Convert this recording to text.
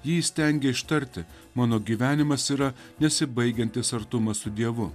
ji įstengė ištarti mano gyvenimas yra nesibaigiantis artumas su dievu